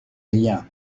rien